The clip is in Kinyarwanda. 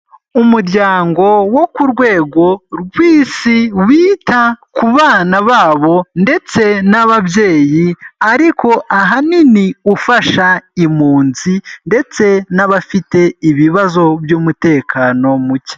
Umuryango wo ku rwego rw'Isi wita ku bana babo ndetse n'ababyeyi, ariko ahanini ufasha impunzi ndetse n'abafite ibibazo by'umutekano muke.